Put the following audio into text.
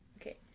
okay